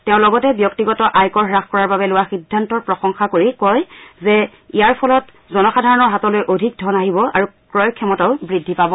তেওঁ লগতে ব্যক্তিগত আয়কৰ হ্বাস কৰাৰ বাবে লোৱা সিদ্ধান্তৰ প্ৰসংশা কৰি কয় যে ইয়াৰ ফলত জনসাধাৰণ হাতলৈ অধিক ধন আহিব আৰু ক্ৰয় ক্ষমতাও বৃদ্ধি পাব